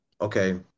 Okay